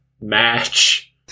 match